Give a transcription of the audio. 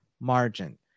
margin